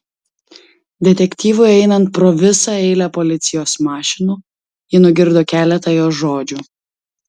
detektyvui einant pro visą eilę policijos mašinų ji nugirdo keletą jo žodžių